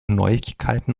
neuigkeiten